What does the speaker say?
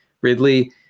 Ridley